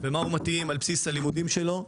למה הוא מתאים על בסיס הלימודים שלו.